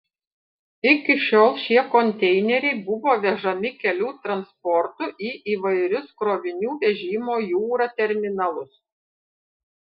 iki šiol šie konteineriai buvo vežami kelių transportu į įvairius krovinių vežimo jūra terminalus